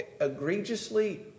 egregiously